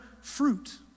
fruit